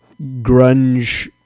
grunge